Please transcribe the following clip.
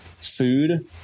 food